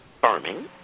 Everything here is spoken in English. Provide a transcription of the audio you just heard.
farming